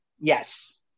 Yes